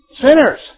Sinners